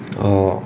orh